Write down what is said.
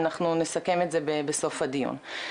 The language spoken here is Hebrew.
אנחנו נסכם את זה בסוף הדיון.